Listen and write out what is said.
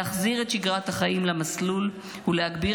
להחזיר את שגרת החיים למסלול ולהגביר